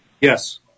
Yes